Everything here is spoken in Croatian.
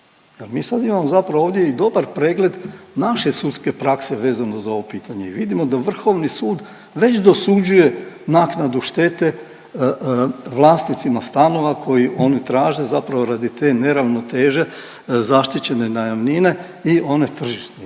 mi sad imamo zapravo ovdje i dobar pregled naše sudske prakse vezano za ovo pitanje i vidimo da Vrhovni sud već dosuđuje naknadu štete vlasnicima stanova koji oni traže zapravo radi te neravnoteže, zaštićene najamnine i one tržišne.